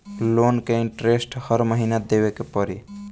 Loan के interest हर महीना देवे के पड़ी?